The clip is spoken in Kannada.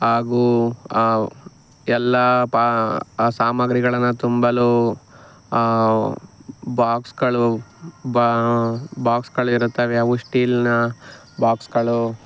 ಹಾಗೂ ಆ ಎಲ್ಲ ಪಾ ಆ ಸಾಮಗ್ರಿಗಳನ್ನು ತುಂಬಲು ಬಾಕ್ಸ್ಗಳು ಬಾಕ್ಸ್ಗಳು ಇರ್ತಾವೆ ಅವು ಶ್ಟೀಲ್ನ ಬಾಕ್ಸ್ಗಳು